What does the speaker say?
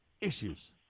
issues